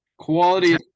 Quality